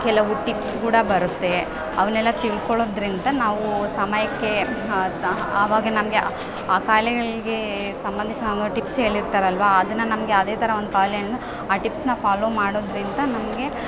ಕೆಲವು ಟಿಪ್ಸ್ ಕೂಡ ಬರುತ್ತೆ ಅವ್ನೆಲ್ಲ ತಿಳ್ಕೊಳ್ಳೋದ್ರಿಂತ ನಾವು ಸಮಯಕ್ಕೆ ಆವಾಗ ನಮಗೆ ಆ ಕಾಯ್ಲೆಗಳಿಗೆ ಸಂಬಂಧಿಸೋ ಒಂದು ಟಿಪ್ಸ್ ಹೇಳಿರ್ತಾರಲ್ಲವಾ ಅದನ್ನ ನಮಗೆ ಯಾವುದೇ ಥರ ಒಂದು ಕಾಯಿಲೆನೂ ಆ ಟಿಪ್ಸ್ನ ಫಾಲೋ ಮಾಡೋದ್ರಿಂತ ನಮಗೆ